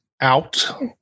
out